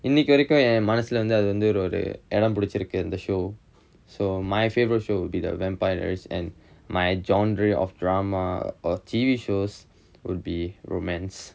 இன்னைக்கு வரைக்கும் என் மனசுல வந்து அது வந்து ஒரு இடம் பிடிச்சுருக்கு அந்த:innaikku varaikkum en manasula vanthu athu vanthu oru idam pidichurukku antha show so my favourite show would be the vampires and my genre of drama or T_V show would be romance